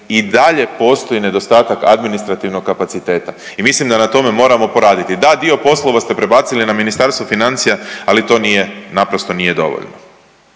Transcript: i dalje postoji nedostatak administrativnog kapaciteta i mislim da na tome trebamo poraditi. Da, dio poslova ste prebacili na Ministarstvo financija, ali to nije, naprosto nije dovoljno.